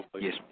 Yes